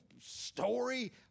story